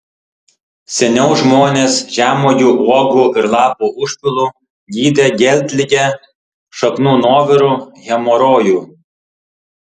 seniau žmonės žemuogių uogų ir lapų užpilu gydė geltligę šaknų nuoviru hemorojų